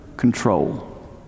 control